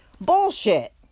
bullshit